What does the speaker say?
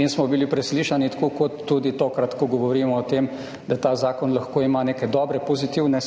In smo bili preslišani, tako kot tudi tokrat, ko govorimo o tem, da ta zakon lahko ima neke dobre pozitivne